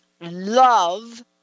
love